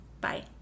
bye